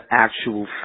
actual